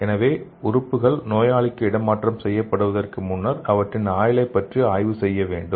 எனவே உறுப்புகள் நோயாளிக்கு இடமாற்றம் செய்யப்படுவதற்கு முன்னர் அவற்றின் ஆயுளைப் பற்றி ஆய்வு செய்ய வேண்டும்